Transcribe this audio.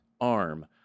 arm